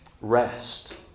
rest